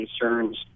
concerns